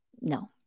No